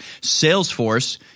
Salesforce